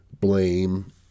blame